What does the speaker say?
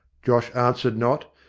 josh answered not,